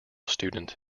student